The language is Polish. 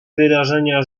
wyrażenia